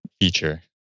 feature